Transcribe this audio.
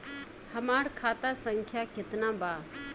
हमार खाता संख्या केतना बा?